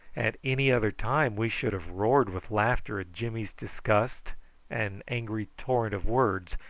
at any other time we should have roared with laughter at jimmy's disgust and angry torrent of words,